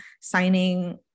signing